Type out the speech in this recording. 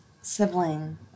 sibling